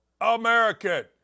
American